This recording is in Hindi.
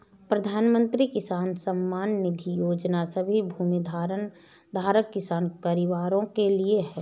प्रधानमंत्री किसान सम्मान निधि योजना सभी भूमिधारक किसान परिवारों के लिए है